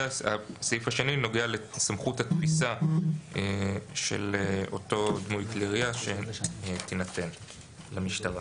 הסעיף השני נוגע לסמכות התפיסה של אותו דמוי כלי ירייה שתינתן למשטרה.